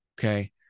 Okay